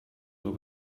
nur